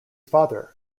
father